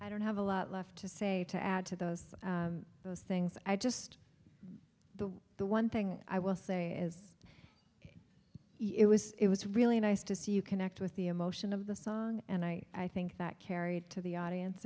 i don't have a lot left to say to add to those those things i just the one thing i will say is it was it was really nice to see you connect with the emotion of the song and i i think that carried to the audience